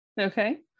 Okay